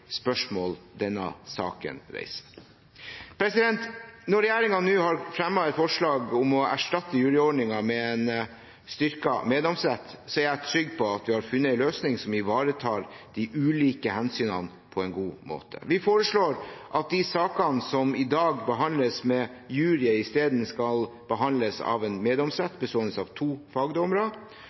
spørsmål denne saken reiser. Når regjeringen nå har fremmet et forslag om å erstatte juryordningen med en styrket meddomsrett, er jeg trygg på at vi har funnet en løsning som ivaretar de ulike hensynene på en god måte. Vi foreslår at de sakene som i dag behandles med jury, i stedet skal behandles av en meddomsrett bestående av to